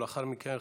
ולאחר מכן,